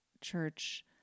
church